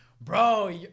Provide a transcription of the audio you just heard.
bro